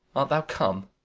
thou come?